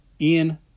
Ian